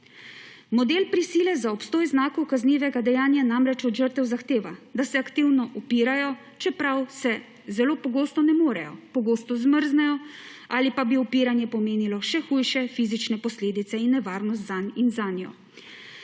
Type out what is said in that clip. Model prisile za obstoj znakov kaznivega dejanja namreč od žrtev zahteva, da se aktivno upirajo, čeprav se zelo pogosto ne morejo, pogosto zmrznejo ali pa bi upiranje pomenilo še hujše fizične posledice in nevarnost zanj in zanjo.